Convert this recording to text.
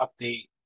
update